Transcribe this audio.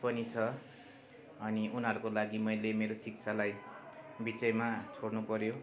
पनि छ अनि उनीहरूको लागि मैले मेरो शिक्षालाई बिचैमा छोड्नु पर्यो